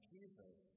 Jesus